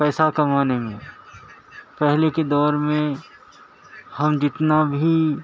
پیسہ کمانے میں پہلے کے دور میں ہم جتنا بھی